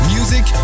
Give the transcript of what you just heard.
Music